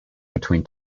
between